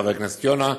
חבר הכנסת יונה,